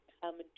come